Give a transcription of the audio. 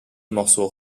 morceaux